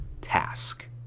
task